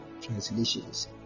translations